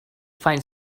find